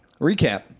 Recap